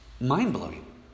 mind-blowing